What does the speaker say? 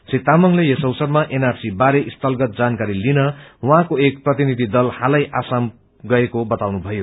श्री तामंगले यस अवसरमा एनआरसी बारे स्थलगत जानकारी लि उहाँको एक प्रतिनिधि दल साथै असम गएको बताउनुभयो